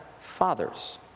fathers